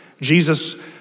Jesus